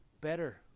better